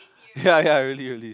ya ya really really